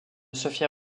sophia